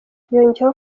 yongeyeho